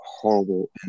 horrible